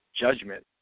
judgment